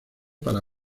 para